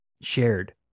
shared